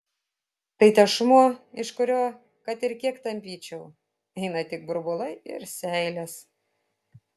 tai tešmuo iš kurio kad ir kiek tampyčiau eina tik burbulai ir seilės